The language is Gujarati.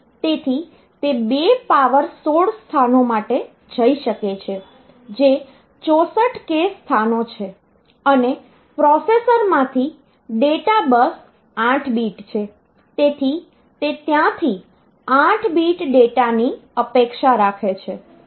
તેથી તે 2 પાવર 16 સ્થાનો માટે જઈ શકે છે જે 64 k સ્થાનો છે અને પ્રોસેસરમાંથી ડેટા બસ 8 બીટ છે તેથી તે ત્યાંથી 8 બીટ ડેટાની અપેક્ષા રાખે છે